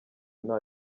nta